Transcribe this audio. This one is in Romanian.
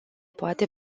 poate